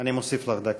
אני מוסיף לך דקה.